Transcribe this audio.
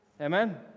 amen